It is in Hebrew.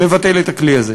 לבטל את הכלי הזה.